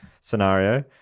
scenario